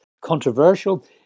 controversial